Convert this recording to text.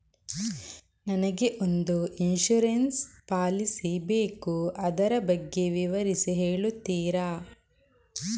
ನನಗೆ ಒಂದು insurance policy ಬೇಕು ಅದರ ಬಗ್ಗೆ ವಿವರಿಸಿ ಹೇಳುತ್ತೀರಾ?